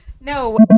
no